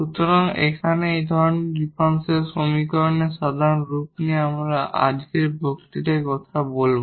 সুতরাং এখানে এই ধরনের ডিফারেনশিয়াল সমীকরণের সাধারণ রূপ নিয়ে আমরা আজকের বক্তৃতায় কথা বলব